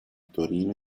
torino